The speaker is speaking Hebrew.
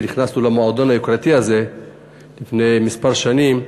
ונכנסנו למועדון היוקרתי הזה לפני כמה שנים,